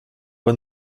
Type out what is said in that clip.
pas